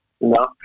No